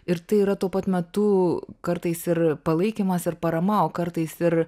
ir tai yra tuo pat metu kartais ir palaikymas ir parama o kartais ir